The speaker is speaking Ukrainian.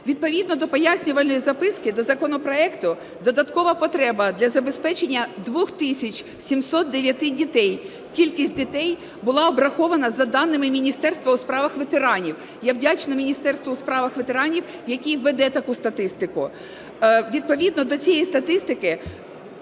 Відповідно до пояснювальної записки до законопроекту додаткова потреба для забезпечення 2 тисяч 709 дітей. Кількість дітей була обрахована за даними Міністерства у справах ветеранів. Я вдячна Міністерству у справах ветеранів, яке веде таку статистику. Відповідно до цієї статистики